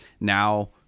Now